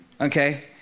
Okay